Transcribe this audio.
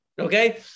Okay